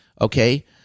okay